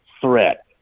threat